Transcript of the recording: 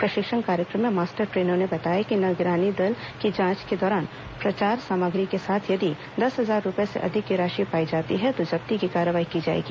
प्रशिक्षण कार्यक्रम में मास्टर ट्रेनरों ने बताया कि निगरानी दल की जांच के दौरान प्रचार सामग्री के साथ यदि दस हजार रूपए से अधिक की राशि पाई जाती है तो जब्ती की कार्रवाई की जाएगी